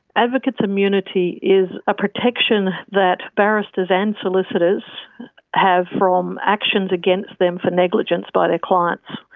advocate's immunity is a protection that barristers and solicitors have from actions against them for negligence by their clients.